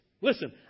Listen